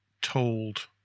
told